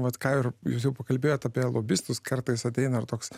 vat ką ir jūs jau pakalbėjot apie lobistus kartais ateina toks